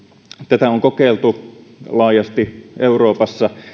tätä on kokeiltu laajasti euroopassa